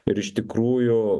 ir iš tikrųjų